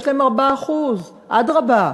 יש להם 4%. אדרבה,